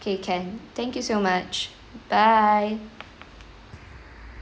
okay can thank you so much bye